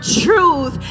truth